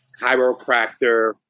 chiropractor